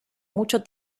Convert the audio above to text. mucho